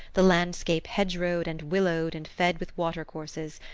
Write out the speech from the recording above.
the landscape hedgerowed and willowed and fed with water-courses,